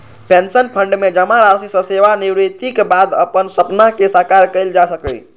pension fund मे जमा राशि सं सेवानिवृत्तिक बाद अपन सपना कें साकार कैल जा सकैए